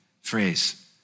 phrase